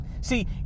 See